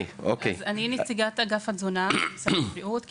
אז אני נציגת אגף התזונה במשרד הבריאות.